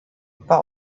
war